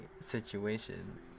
situation